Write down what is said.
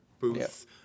booths